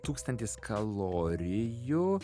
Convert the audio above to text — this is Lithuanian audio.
tūkstantis kalorijų